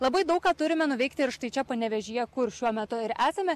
labai daug ką turime nuveikti ir štai čia panevėžyje kur šiuo metu ir esame